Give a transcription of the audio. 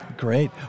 Great